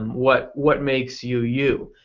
what what makes you you.